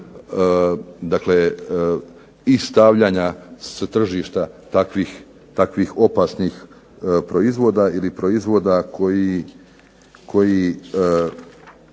mjeru i stavljanja s tržišta takvih opasnih proizvoda ili proizvoda koji